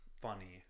funny